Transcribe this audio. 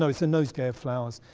so it's a nosegay of flowers,